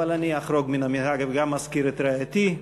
אבל אני אחרוג מן המנהג וגם אזכיר את רעייתי,